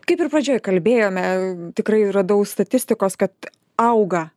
kaip ir pradžioj kalbėjome tikrai radau statistikos kad auga